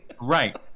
Right